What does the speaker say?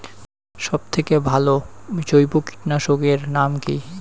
সব থেকে ভালো জৈব কীটনাশক এর নাম কি?